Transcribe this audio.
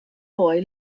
boy